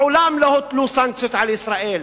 מעולם לא הוטלו סנקציות על ישראל.